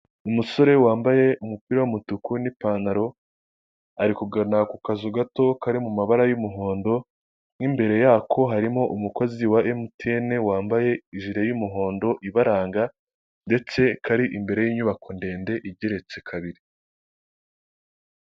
Abantu dukunda inyubako zitandukanye akenshi inyubako igizwe n'amabara menshi irakundwa cyane uzasanga hari izifite amabara y'umutuku avanze n'umukara ndetse n'umweru uko niko ba nyirazo baba babihisemo.